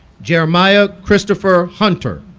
jeremiah christopher hunter